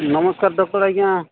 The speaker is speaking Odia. ନମସ୍କାର ଡକ୍ଟର ଆଜ୍ଞା